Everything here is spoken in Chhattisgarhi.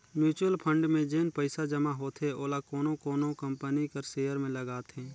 म्युचुअल फंड में जेन पइसा जमा होथे ओला कोनो कोनो कंपनी कर सेयर में लगाथे